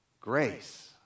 Grace